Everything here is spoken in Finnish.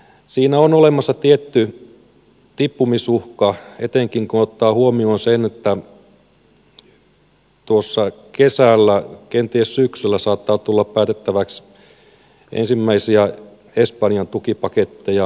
siinä on olemassa tietty tippumisuhka etenkin kun ottaa huomioon sen että tuossa kesällä kenties syksyllä saattaa tulla päätettäväksi ensimmäisiä espanjan tukipaketteja